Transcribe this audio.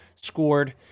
scored